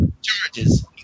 Charges